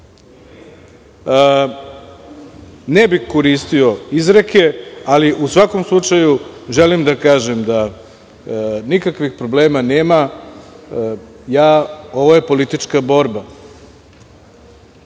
bih koristio izreke, ali u svakom slučaju želim da kažem da nikakvih problema nema. Ovo je politička borba.